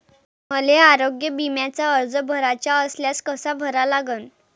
मले आरोग्य बिम्याचा अर्ज भराचा असल्यास कसा भरा लागन?